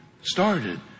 started